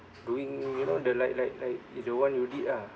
doing you know the like like like is the one you did ah